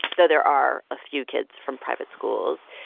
though there are a few kids from private schools.